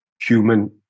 human